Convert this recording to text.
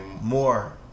more